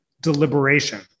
deliberation